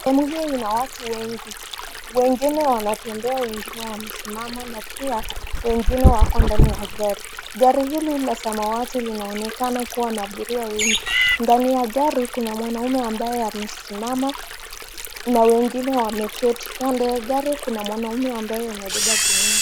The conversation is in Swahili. Sehemu hii ina watu wengi, wengine wanatembea wengine wamesimama na pia wengine wako ndani ya gari. Gari hili la samawati linaonekana kuwa na abiria wengi. Ndani ya gari kuna mwanaume ambaye amesimama na wengine wameketi. Kando ya gari kuna mwanaume ambaye amebeba gunia.